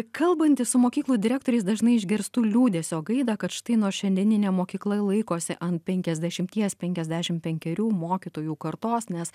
kalbantis su mokyklų direktoriais dažnai išgirstu liūdesio gaidą kad štai nors šiandieninė mokykla laikosi ant penkiasdešimties penkiasdešimt penkerių mokytojų kartos nes